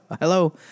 hello